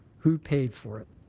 who paid for it.